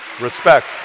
respect